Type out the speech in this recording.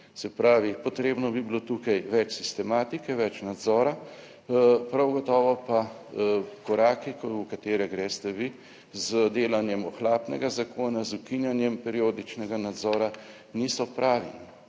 Se pravi, potrebno bi bilo tukaj več sistematike, več nadzora, prav gotovo pa koraki, v katere greste vi, z delanjem ohlapnega zakona, z ukinjanjem periodičnega nadzora, niso pravi.